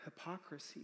hypocrisy